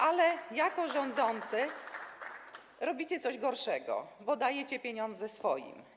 Ale jako rządzący robicie coś gorszego, bo dajecie pieniądze swoim.